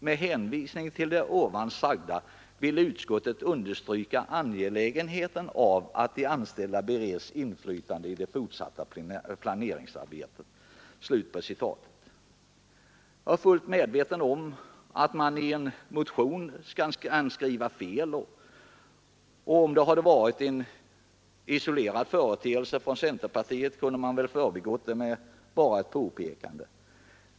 Med hänvisning till det ovan sagda vill utskottet understryka angelägenheten av att de anställda bereds inflytande i det fortsatta planeringsoch utredningsarbetet för utflyttningen.” Jag är fullt medveten om att man i en motion kan skriva fel, och om det hade varit en isolerad företeelse från centerpartiet kunde man väl ha förbigått den med bara ett påpekande.